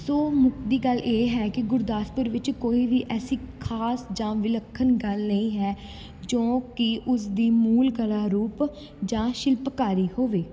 ਸੋ ਮੁੱਕਦੀ ਗੱਲ ਇਹ ਹੈ ਕਿ ਗੁਰਦਾਸਪੁਰ ਵਿੱਚ ਕੋਈ ਵੀ ਐਸੀ ਖਾਸ ਜਾਂ ਵਿਲੱਖਣ ਗੱਲ ਨਹੀਂ ਹੈ ਜੋ ਕਿ ਉਸਦੀ ਮੂਲ ਕਲਾ ਰੂਪ ਜਾਂ ਸ਼ਿਲਪਕਾਰੀ ਹੋਵੇ